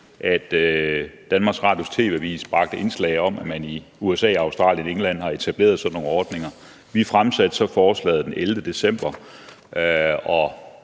at Danmarks Radios TV-Avis bragte indslag om, at man i USA, Australien og England havde etableret sådan nogle ordninger. Vi fremsatte så forslaget den 11. december.